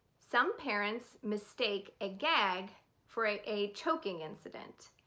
some parents mistake a gag for a a choking incident.